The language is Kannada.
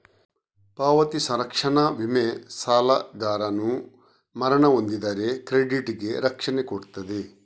ಪಾವತಿ ಸಂರಕ್ಷಣಾ ವಿಮೆ ಸಾಲಗಾರನು ಮರಣ ಹೊಂದಿದರೆ ಕ್ರೆಡಿಟ್ ಗೆ ರಕ್ಷಣೆ ಕೊಡ್ತದೆ